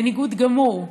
בניגוד גמור,